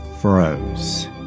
froze